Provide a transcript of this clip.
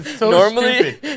Normally